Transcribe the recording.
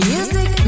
Music